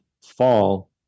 fall